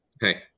hey